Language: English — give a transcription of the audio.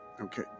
Okay